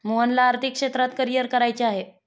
मोहनला आर्थिक क्षेत्रात करिअर करायचे आहे